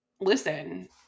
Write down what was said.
listen